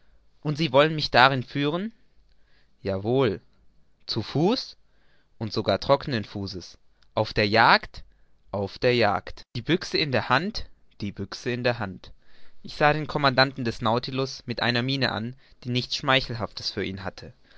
und sie wollen mich dahin führen ja wohl zu fuß und sogar trockenen fußes auf der jagd auf der jagd die büchse in der hand die büchse in der hand ich sah den commandanten des nautilus mit einer miene an die nichts schmeichelhaftes für ihn hatte